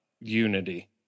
unity